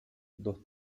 dos